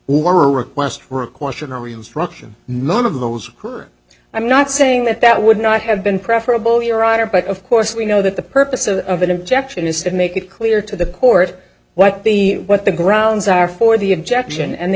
her i'm not saying that that would not have been preferable your honor but of course we know that the purpose of an objection is to make it clear to the court what the what the grounds are for the objection and they